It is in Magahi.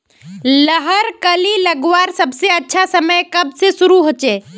लहर कली लगवार सबसे अच्छा समय कब से शुरू होचए?